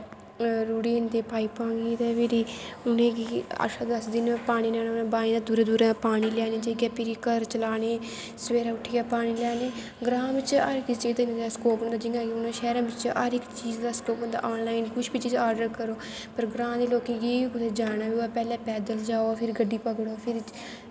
दरिया च रुढ़ी जंदियां पाईपां बी ते उनेंगी अच्छा ते पानी नेनां हूरा दूरा दा पानी लैने भिरी घर चलाने सवेरै उट्ठियै पानीं लैनें ग्रांऽ बिच्च ते हर इक चीज़ दा स्कोप होंदा हून जियां कि शैह्रैं बिच्च हर इक चीड़ दा स्कोर होंदा आन लाईन कुश बी चीज़ आर्डर करो पर ग्रांऽ दै लोकें गी कुदै जाना होऐ पैद्दल जाओ गड्डी पकड़ो फिर